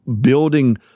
building